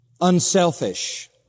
unselfish